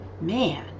Man